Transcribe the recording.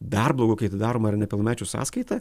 dar blogiau kai atidaroma ir nepilnamečių sąskaita